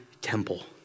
temple